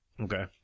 okay